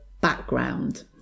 background